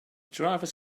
drivers